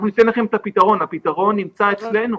אנחנו ניתן לכם את הפתרון, הפתרון נמצא אצלנו.